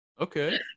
Okay